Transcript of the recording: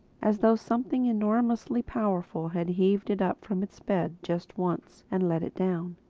as though something enormously powerful had heaved it up from its bed just once and let it down.